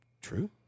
True